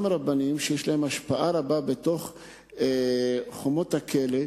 רבנים שיש להם השפעה רבה בין חומות הכלא.